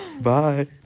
Bye